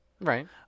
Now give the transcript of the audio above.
Right